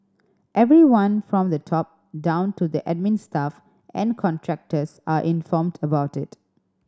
everyone from the top down to the admin staff and contractors are informed about it